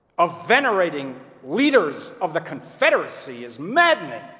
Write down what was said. of venerating leaders of the confederacy is maddening.